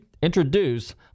Introduce